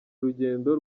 urugendo